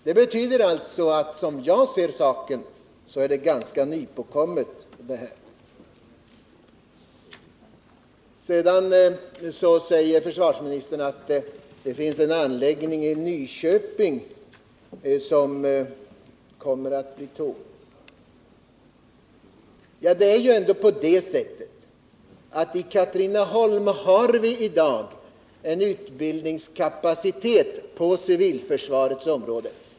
Det betyder alltså, som jag ser saken, att det hela är ganska nypåkommet. Sedan säger försvarsministern att det finns en anläggning i Nyköping som kommer att bli tom. Det är ändå på det sättet att vi i dag i Katrineholm har en utbildningskapacitet på civilförsvarets område.